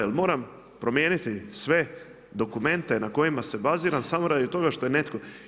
Jel' moram promijeniti sve dokumente na kojima se baziram samo radi toga što je netko.